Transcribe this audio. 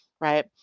right